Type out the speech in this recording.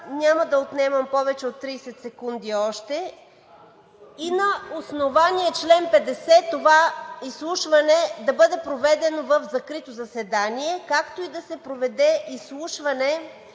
няма да отнемам повече от 30 секунди още. И на основание чл. 50 това изслушване да бъде проведено в закрито заседание, както и да се проведе изслушване